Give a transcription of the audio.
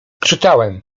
czytałem